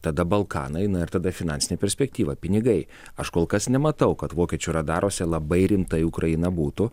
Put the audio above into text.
tada balkanai na ir tada finansinė perspektyva pinigai aš kol kas nematau kad vokiečių radaruose labai rimtai ukraina būtų